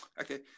okay